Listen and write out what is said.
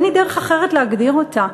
אין לי דרך אחרת להגדיר אותה.